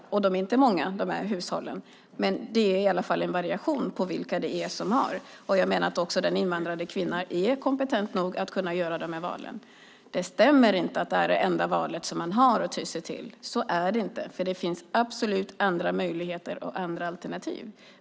Dessa hushåll är inte många, men det är i alla fall en variation när det gäller vilka som har det. Jag menar att också den invandrade kvinnan är kompetent nog att kunna göra de här valen. Det stämmer inte att det här är enda valet som man har att ty sig till. Så är det inte. Det finns absolut andra möjligheter och andra alternativ.